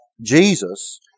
Jesus